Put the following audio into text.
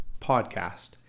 podcast